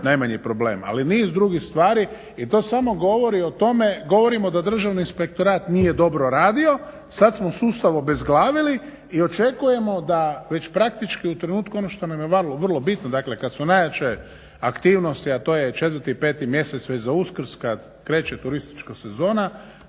najmanji problem, ali niz drugih stvari. I to samo govori o tome, govorimo da Državni inspektorat nije dobro radio. Sada smo u sustav obezglavili i očekujemo da već praktički u trenutku ono što nam je vrlo bitno dakle kada su najjače aktivnosti a to je 4. i 5. mjesec, već za Uskrs kada kreće turistička sezona